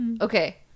Okay